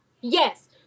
yes